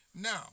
Now